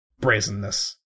brazenness